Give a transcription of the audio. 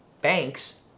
Banks